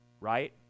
right